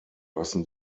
lassen